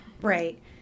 Right